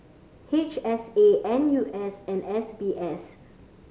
H S A N U S and S B S